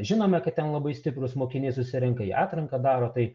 žinome kad ten labai stiprūs mokiniai susirenka į atranką daro tai